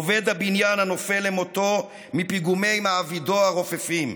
עובד הבניין הנופל למותו מפיגומי מעבידו הרופפים,